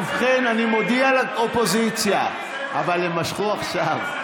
ובכן, אני מודיע לאופוזיציה, אבל הם משכו עכשיו.